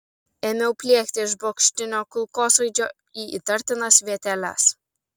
ėmiau pliekti iš bokštinio kulkosvaidžio į įtartinas vieteles